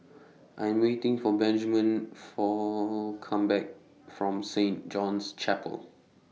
I Am waiting For Benjman For Come Back from Saint John's Chapel